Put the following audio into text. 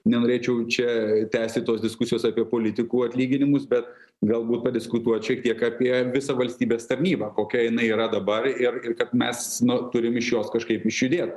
nenorėčiau čia tęsti tos diskusijos apie politikų atlyginimus bet galbūt padiskutuot šiek tiek apie visą valstybės tarnybą kokia jinai yra dabar ir ir kad mes no turim iš jos kažkaip išjudėt